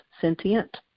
sentient